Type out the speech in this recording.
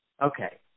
Okay